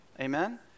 Amen